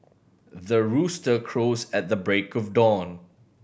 the rooster crows at the break of dawn